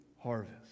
harvest